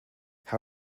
how